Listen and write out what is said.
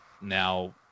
now